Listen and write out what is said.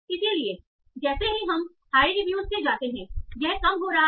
इसलिएजैसे ही हम high reviews से जाते हैं यह कम हो रहा है